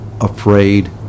afraid